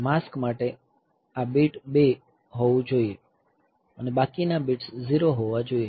mask માટે આ bit 2 હોવું જોઈએ અને બાકીના બિટ્સ 0 હોવા જોઈએ